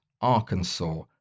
Arkansas